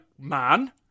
man